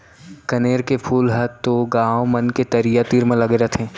कनेर के फूल ह तो गॉंव मन के तरिया तीर म लगे रथे